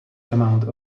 amount